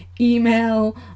email